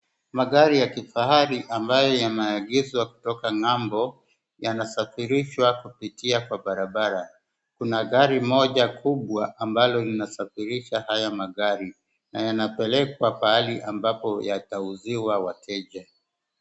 Magari ya kifahari ambayo yameagizwa kutoka ngambo yanasafirishwa kupitia kwa barabara. Kuna gari moja kubwa ambalo linasafirisha haya magari na yanapelekwa pahali ambapo yatauziwa wateja.